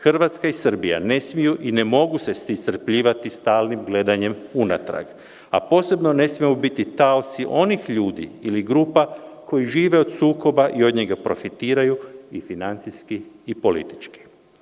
Hrvatska i Srbija ne smeju i ne mogu se iscrpljivati stalnim gledanjem unatrag, a posebno ne smemo biti taoci onih ljudi ili grupa koji žive od sukoba i od njega profitiraju i finansijski i politički.